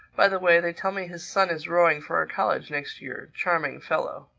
by the way, they tell me his son is rowing for our college next year charming fellow.